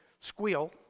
squeal